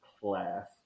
class